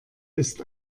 ist